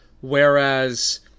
whereas